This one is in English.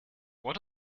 what